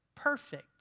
perfect